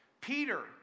Peter